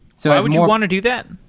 so would you want to do that?